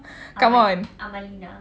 come on